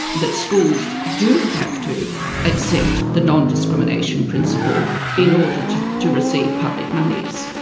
that schools do have to accept the non-discrimination principle in order to to receive public monies.